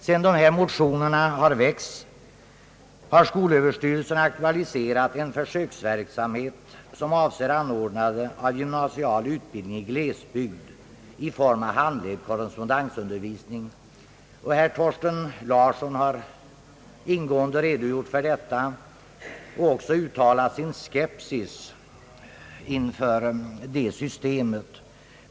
Sedan motionerna i denna fråga väckts har skolöverstyrelsen aktualiserat en försöksverksamhet som avser anordnande av gymnasial utbildning i glesbygd i form av handledd korrespondensundervisning. Herr Thorsten Larsson har redogjort härför och även uttalat en viss skepsis inför ett sådant undervisningssystem.